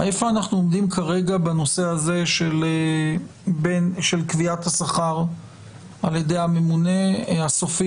היכן אנחנו עומדים כרגע בנושא הזה של קביעת השכר על ידי הממונה הסופי,